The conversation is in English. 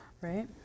right